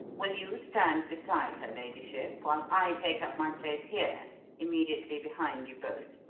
will you stand beside her ladyship while i take up my place here immediately behind you both?